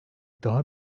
daha